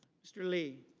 mr. lee.